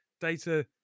data